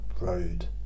road